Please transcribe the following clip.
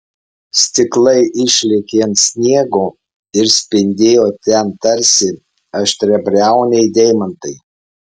stiklai išlėkė ant sniego ir spindėjo ten tarsi aštriabriauniai deimantai